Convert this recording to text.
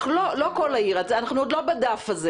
אנחנו עוד לא בדף הזה.